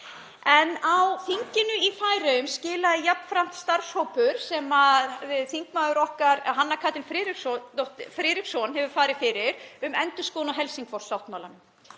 Á þinginu í Færeyjum skilaði jafnframt tillögu starfshópur sem þingmaður okkar, Hanna Katrín Friðriksson, hefur farið fyrir um endurskoðun á Helsingfors-sáttmálanum.